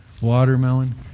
watermelon